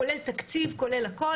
כולל תקציב וכולל הכל.